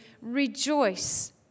rejoice